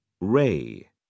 ray